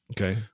Okay